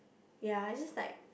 ya it's just like